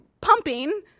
pumping